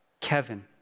Kevin